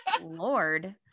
Lord